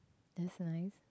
that's nice